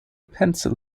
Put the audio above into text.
pencil